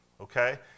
Okay